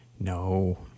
No